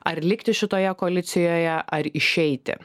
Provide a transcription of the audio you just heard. ar likti šitoje koalicijoje ar išeiti